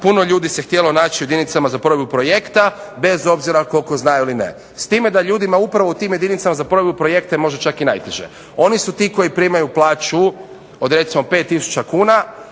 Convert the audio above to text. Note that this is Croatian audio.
puno ljudi se htjelo naći u jedinicama za provedbu projekta bez obzira koliko znaju ili ne, s time da ljudima upravo u tim jedinicama za provedbu projekta možda čak i najteže. Oni su ti koji primaju plaću od recimo 5000 kuna,